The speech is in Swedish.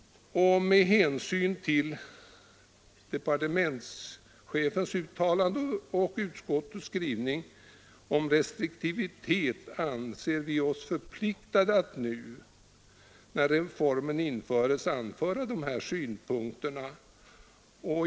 Med hänsyn till departementschefens uttalande och utskottets skrivning om restriktivitet anser vi oss förpliktade att nu, när reformen införes, anföra dessa synpunkter.